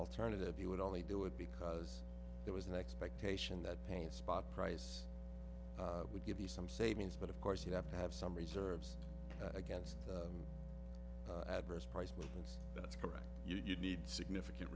alternative you would only do it because there was an expectation that paint spot price would give you some savings but of course you have to have some reserves against adverse price movements correct you'd need significant